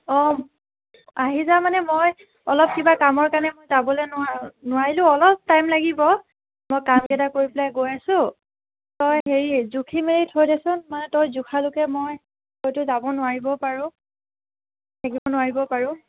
অ' আহিবা মানে মই অলপ কিবা কামৰ কাৰণে মই যাবলৈ নোৱাৰোঁ নোৱাৰিলোঁ অলপ টাইম লাগিব মই কামকেইটা কৰি পেলাই গৈ আছোঁ তই হেৰি জুখি মেলি থৈ দেচোন মানে য়ই জোখালৈকে মই হয়তো যাব নোৱাৰিবও পাৰোঁ নোৱাৰিব পাৰো